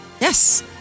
Yes